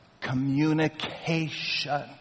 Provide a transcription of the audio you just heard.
communication